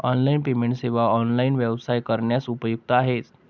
online payment सेवा online व्यवसाय करण्यास उपयुक्त आहेत